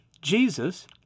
Jesus